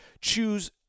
choose